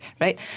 right